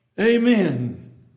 Amen